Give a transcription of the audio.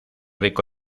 rico